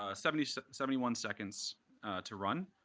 ah seventy so seventy one seconds to run.